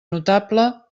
notable